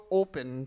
open